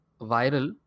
viral